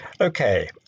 Okay